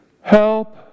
Help